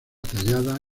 tallada